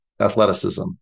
athleticism